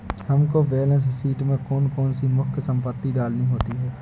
हमको balance sheet में कौन कौन सी मुख्य संपत्ति डालनी होती है?